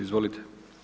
Izvolite.